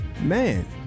man